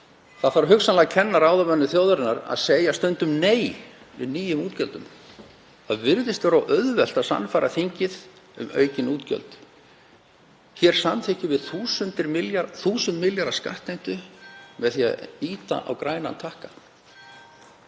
þarf að kenna ráðamönnum þjóðarinnar að segja stundum nei við nýjum útgjöldum. Það virðist vera of auðvelt að sannfæra þingið um aukin útgjöld. Hér samþykkjum við 1.000 milljarða skattheimtu með því að ýta á grænan takka.